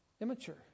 immature